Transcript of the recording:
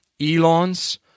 Elons